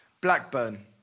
Blackburn